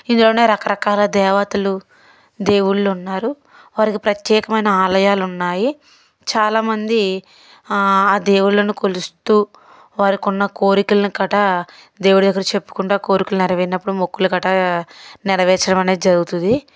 ఇందులోనే రకరకాల దేవతలు దేవుళ్లున్నారు వారికి ప్రత్యేకమైన ఆలయాలున్నాయి చాలా మంది ఆ దేవుళ్లను కొలుస్తూ వారికున్న కోరికల్ని కట్టా దేవుడి దగ్గర చెప్పుకుంటా ఆ కోరికలు నెరవేరినప్పుడు మొక్కులు కట్టా నెరవేర్చడమనేది జరుగుతుది